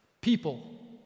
People